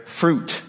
fruit